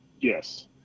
Yes